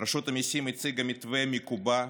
רשות המיסים הציגה מתווה מקובע,